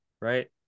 right